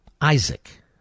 Isaac